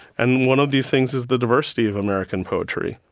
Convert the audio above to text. and one of these things is the diversity of american poetry.